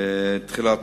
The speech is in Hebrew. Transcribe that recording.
תחילת